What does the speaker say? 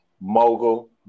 Mogul